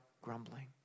grumbling